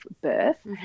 birth